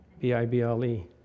B-I-B-L-E